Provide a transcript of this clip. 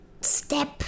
step